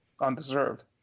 undeserved